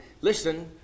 Listen